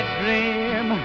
dream